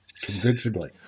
convincingly